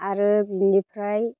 आरो बिनिफ्राय